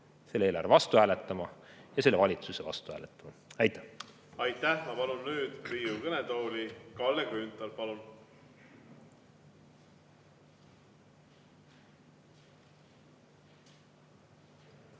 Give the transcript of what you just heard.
selle eelarve vastu hääletama ja selle valitsuse vastu hääletama. Aitäh! Aitäh! Ma palun nüüd Riigikogu kõnetooli Kalle Grünthali. Palun!